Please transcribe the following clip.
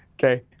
okay,